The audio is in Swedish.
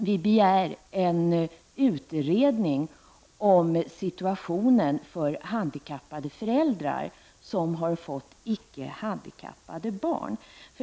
Vi begär en utredning om situationen för handikappade föräldrar som har fått icke handikappade barn.